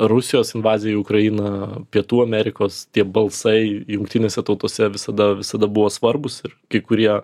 rusijos invaziją į ukrainą pietų amerikos tie balsai jungtinėse tautose visada visada buvo svarbūs ir kai kurie